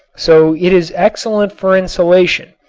so it is excellent for insulation,